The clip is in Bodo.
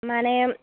मानि